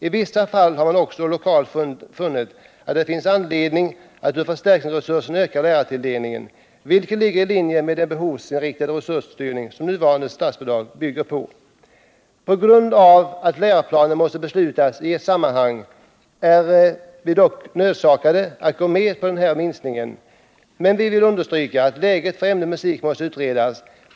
I vissa fall har man lokalt funnit anledning att öka lärartilldelningen ur förstärkningsresursen, vilket ligger i linje med den behovsinriktade resursstyrning som nuvarande statsbidrag bygger på. På grund av att läroplanen måste beslutas i ett sammanhang är vi dock nödsakade att gå med på den här minskningen, men vi vill understryka att läget för ämnet musik måste utredas.